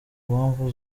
mpamvu